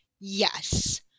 Yes